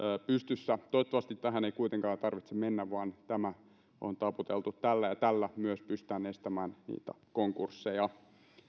pystyssä toivottavasti tähän ei kuitenkaan tarvitse mennä vaan tämä on taputeltu tällä ja tällä myös pystytään estämään niitä konkursseja